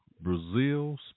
Brazil